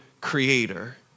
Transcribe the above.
creator